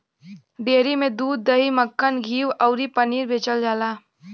dairy में दूध, दही, मक्खन, घीव अउरी पनीर बेचल जाला